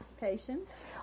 Patience